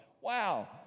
Wow